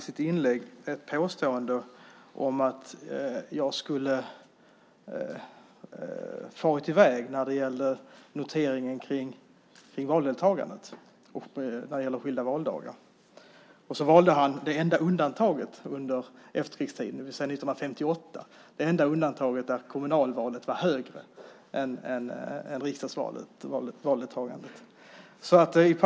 Sedan påstod han att jag skulle ha farit i väg när det gällde noteringen om valdeltagande och skilda valdagar och valde att nämna det enda undantaget under efterkrigstiden, det vill säga 1958. Det är det enda undantaget där valdeltagandet i kommunalvalet var högre än i riksdagsvalet.